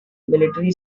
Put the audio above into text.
military